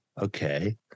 okay